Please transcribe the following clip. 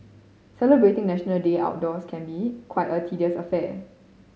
celebrating National Day outdoors can be quite a tedious affair